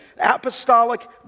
apostolic